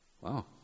Wow